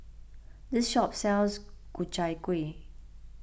this shop sells Ku Chai Kueh